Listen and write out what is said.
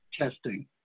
testing